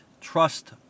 trust